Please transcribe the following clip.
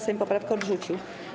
Sejm poprawkę odrzucił.